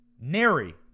nary